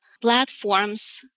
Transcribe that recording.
platforms